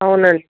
అవునండి